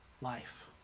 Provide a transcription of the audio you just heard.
Life